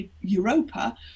Europa